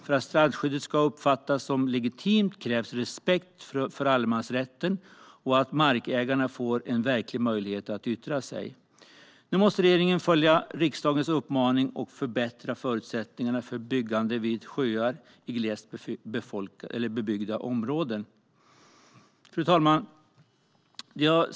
För att strandskyddet ska uppfattas som legitimt krävs respekt för allemansrätten och att markägarna får en verklig möjlighet att yttra sig. Nu måste regeringen följa riksdagens uppmaning och förbättra förutsättningarna för byggande vid sjöar i glest bebyggda områden. Fru talman!